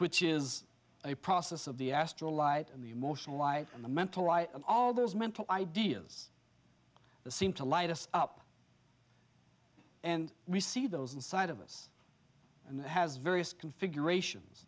which is a process of the astral light and the emotional light and the mental all those mental ideas that seem to light us up and we see those inside of us and it has various configurations